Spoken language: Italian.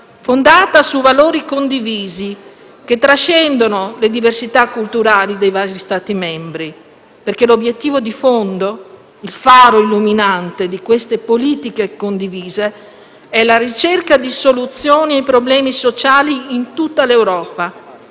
fondata su valori condivisi, che trascendono le diversità culturali dei vari Stati membri. L'obiettivo di fondo, il faro illuminante di queste politiche condivise, è la ricerca di soluzioni ai problemi sociali in tutto Europa,